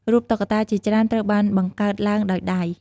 រូបតុក្កតាជាច្រើនត្រូវបានបង្កើតឡើងដោយដៃ។